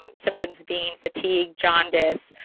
um symptoms being fatigue, jaundice,